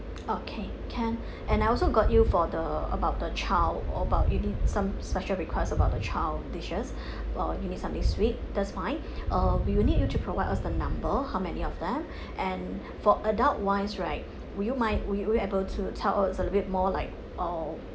okay can and I also got you for the about the child about you need some special request about the child dishes uh you need something sweet that's fine uh we will need you to provide us the number how many of them and for adult wise right would you mind would you would you able to tell us a little bit more like um